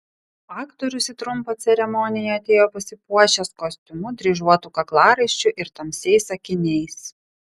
aktorius į trumpą ceremoniją atėjo pasipuošęs kostiumu dryžuotu kaklaraiščiu ir tamsiais akiniais